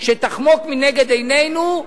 שתחמוק מנגד עינינו,